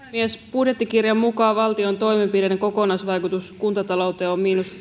budjettikirjan mukaan valtion toimenpiteiden kokonaisvaikutus kuntatalouteen on